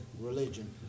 Religion